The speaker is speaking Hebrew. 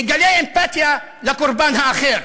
אני מגלה אמפתיה לקורבן האחר.